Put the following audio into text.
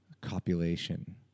copulation